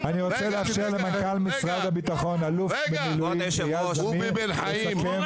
למנכ"ל משרד הביטחון אלוף במיל' אייל זמיר לסכם.